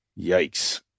Yikes